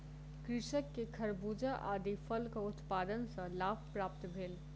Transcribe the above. कृषक के खरबूजा आदि फलक उत्पादन सॅ लाभ प्राप्त भेल